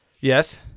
Yes